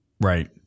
Right